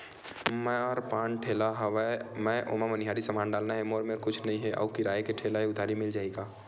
मोर पान ठेला हवय मैं ओमा मनिहारी समान डालना हे मोर मेर कुछ नई हे आऊ किराए के ठेला हे उधारी मिल जहीं का?